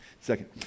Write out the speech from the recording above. second